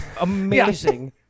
Amazing